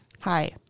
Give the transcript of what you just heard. Hi